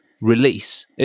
release